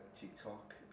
TikTok